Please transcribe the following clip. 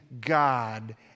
God